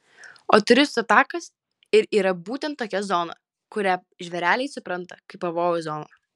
o turistų takas ir yra būtent tokia zona kurią žvėreliai supranta kaip pavojaus zoną